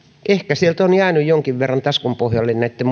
ehkä sieltä on jäänyt jonkin verran taskun pohjalle näitten